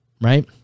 right